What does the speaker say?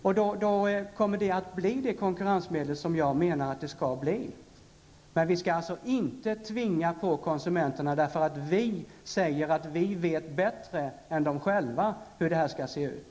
Då kommer det att bli det konkurrensmedel som jag menar att det skall vara. Men vi skall alltså inte tvinga på konsumenterna detta och säga att vi vet bättre än de själva hur detta skall se ut.